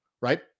right